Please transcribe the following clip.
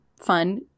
fun